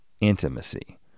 intimacy